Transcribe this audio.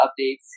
updates